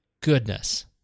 goodness